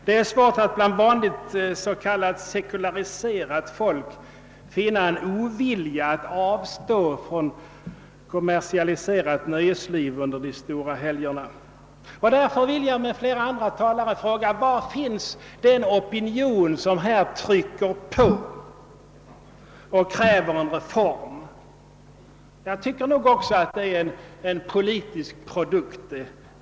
Det är svårt att bland vanligt s.k. sekulariserat folk finna en ovilja att avstå från kommersialiserat nöjesliv under de stora helgerna. Därför vill jag tillsammans med flera andra talare fråga: Var finns den opinion som trycker på och kräver en reform här? Det hela är enligt min mening bara en politisk produkt.